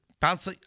Bounce